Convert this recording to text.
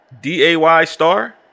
D-A-Y-star